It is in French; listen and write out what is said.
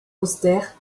austère